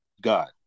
god